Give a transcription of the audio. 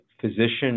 physician